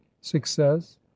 success